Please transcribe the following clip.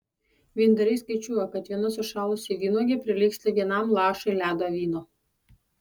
vyndariai skaičiuoja kad viena sušalusi vynuogė prilygsta vienam lašui ledo vyno